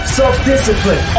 self-discipline